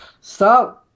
Stop